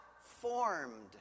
formed